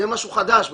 זה משהו חדש במדינה,